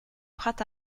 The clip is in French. prat